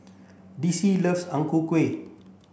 Dicy loves Ang Ku Kueh